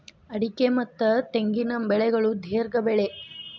ಅಡಿಕೆ ಮತ್ತ ತೆಂಗಿನ ಬೆಳೆಗಳು ದೇರ್ಘ ಬೆಳೆ